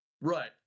Right